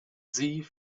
sie